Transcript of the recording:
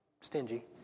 stingy